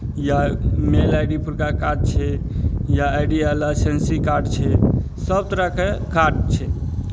या mail I D परका काज छै या आई डी लाइसेंसी कार्ड छै सभ तरहके कार्ड छै